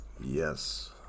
yes